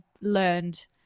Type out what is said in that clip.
learned